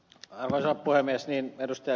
viitaselle kuin ed